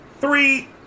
Three